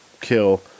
kill